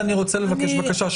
אני רוצה לבקש בקשה.